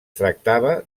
tractava